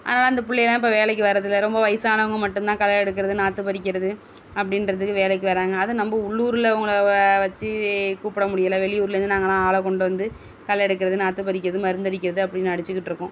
அதனால் அந்த பிள்ளையலாம் இப்போ வேலைக்கு வரதில்லை ரொம்ப வயதானவங்க மட்டும்தான் களை எடுக்கிறது நாற்று பறிக்கிறது அப்படின்றதுக்கு வேலைக்கு வராங்க அதுவும் நம்ம உள்ளூரில் அவங்கள வ வச்சு கூப்பிட முடியலை வெளியூர்லருந்து நாங்களெலாம் ஆளை கொண்டு வந்து களை எடுக்கிறது நாற்று பறிக்கிறது மருந்து அடிக்கிறது அப்படின் அடிச்சுக்கிட்ருக்கோம்